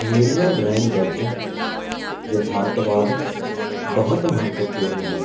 ਮੇਰੀਆਂ ਡਰਾਇੰਗ ਵਿੱਚ ਯਥਾਰਥਵਾਦ ਬਹੁਤ ਮਹੱਤਵਪੂਰਨ ਹੈ